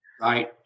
Right